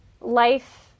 life